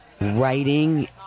writing